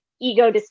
ego